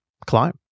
climb